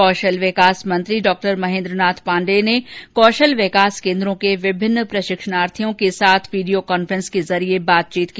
कौशल विकास मंत्री डॉक्टर महेंद्र नाथ पांडेय ने कौशल विकास केंद्रों के विभिन्न प्रशिक्षणार्थियों के साथ वीडियो कांफ्रेंस के जरिए बातचीत की